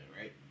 right